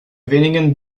wenigen